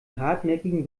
hartnäckigen